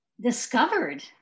discovered